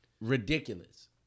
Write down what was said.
ridiculous